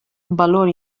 valor